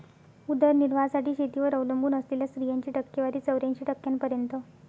उदरनिर्वाहासाठी शेतीवर अवलंबून असलेल्या स्त्रियांची टक्केवारी चौऱ्याऐंशी टक्क्यांपर्यंत